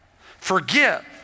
forgive